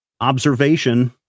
observation